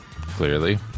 clearly